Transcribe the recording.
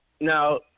Now